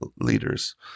leaders